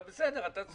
אבל אתה צודק.